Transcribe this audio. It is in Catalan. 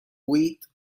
huit